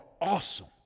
awesome